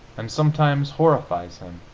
and sometimes horrifies him.